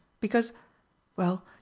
because—well